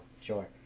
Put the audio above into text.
sure